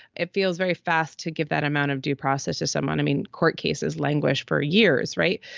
it feels very fast to give that amount of due process to someone. i mean. court cases languish for years, right.